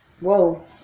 Whoa